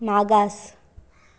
मागास